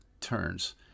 turns